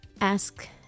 ask